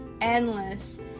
endless